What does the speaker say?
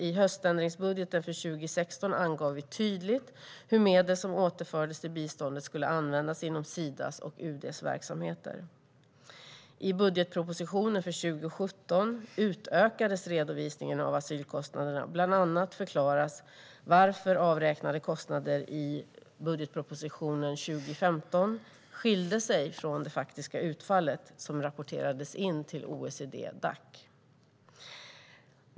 I höständringsbudgeten för 2016 angav vi tydligt hur medel som återfördes till biståndet skulle användas inom Sidas och UD:s verksamheter. I budgetpropositionen för 2017 utökades redovisningen av asylkostnaderna. Bland annat förklaras varför avräknade kostnader i budgetpropositionen 2015 skilde sig från det faktiska utfallet som rapporterades in till OECD-Dac.